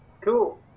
Cool